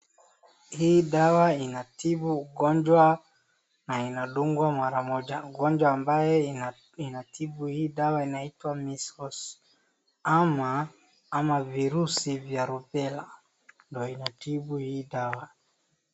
Hii dawa inatibu ugonjwa na inandungwa mara moja. Ugonjwa ambaye inatibu hii dawa inaitwa measles ama virusi vya rubella, ndio inatibu hii dawa.